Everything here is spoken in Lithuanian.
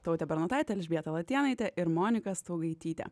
tautė bernotaitė elžbieta latėnaitė ir monika staugaitytė